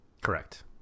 correct